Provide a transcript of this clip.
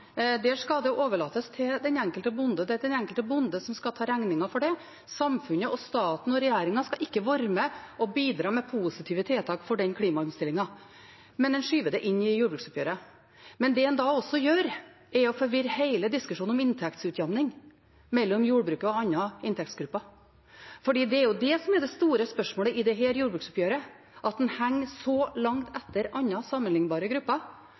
skal overlates til den enkelte bonde – at det er den enkelte bonde som skal ta regningen for det. Samfunnet, staten og regjeringen skal ikke være med og bidra med positive tiltak for den klimaomstillingen, men en skyver det inn i jordbruksoppgjøret. Det en da også gjør, er å forvirre hele diskusjonen om inntektsutjevning mellom jordbruket og andre inntektsgrupper. Det er jo det store spørsmålet i dette jordbruksoppgjøret: at en henger så langt etter andre sammenlignbare grupper